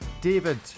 David